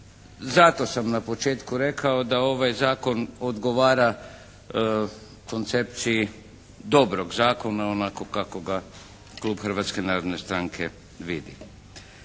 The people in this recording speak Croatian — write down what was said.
Zato sam na početku rekao da ovaj zakon odgovara koncepciji dobrog zakona onako kako ga klub Hrvatske narodne stranke vidi.